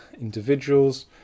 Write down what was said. individuals